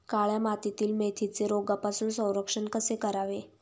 काळ्या मातीतील मेथीचे रोगापासून संरक्षण कसे करावे?